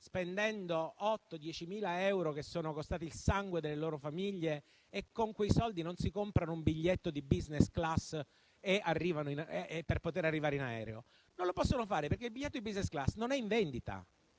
spendendo 8.000-10.000 euro, che sono costati il sangue delle loro famiglie, e con quei soldi non si comprino un biglietto per la *business class* per poter arrivare in aereo, la risposta è che non lo possono fare perché il biglietto di *business class* non è in vendita,